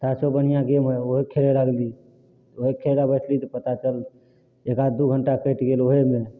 ताशो बढ़ियाँ गेम हइ ओहे खेले लागली तऽ ओहे खेले बैठली तऽ पता चलल एकाध दू घण्टा कटि गेल ओहेमे